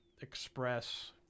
express